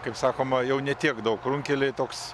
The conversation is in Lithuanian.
kaip sakoma jau ne tiek daug runkeliai toks